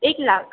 एक लाख